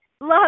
love